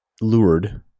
lured